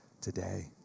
today